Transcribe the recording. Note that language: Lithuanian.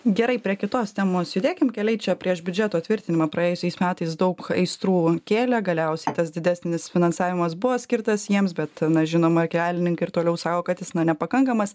gerai prie kitos temos judėkim keliai čia prieš biudžeto tvirtinimą praėjusiais metais daug aistrų kėlė galiausiai tas didesnis finansavimas buvo skirtas jiems bet na žinoma kelininkai ir toliau sako kad jis na nepakankamas